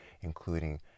including